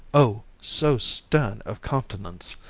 oh! so stern of countenance.